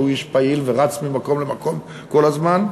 שהוא איש פעיל ורץ ממקום למקום כל הזמן,